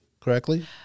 correctly